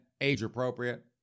age-appropriate